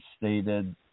stated